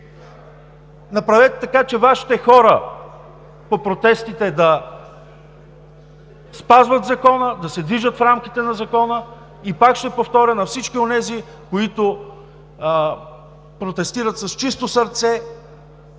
Направете така, че Вашите хора по протестите да спазват закона, да се движат в рамките на закона. Пак ще повторя на всички онези, които протестират с чисто сърце: